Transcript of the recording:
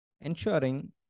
ensuring